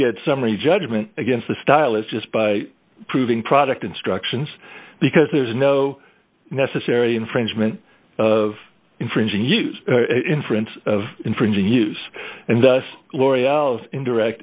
get summary judgment against the stylus just by proving product instructions because there's no necessary infringement of infringing use inference of infringing use and thus l'oreal indirect